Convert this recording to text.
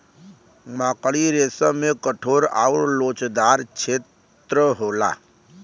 मकड़ी रेसम में कठोर आउर लोचदार छेत्र होला